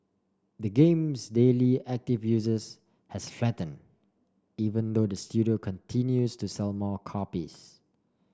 the game's daily active users has flattened even though the studio continues to sell more copies